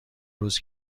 روز